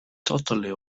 totally